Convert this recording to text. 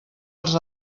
els